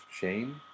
shame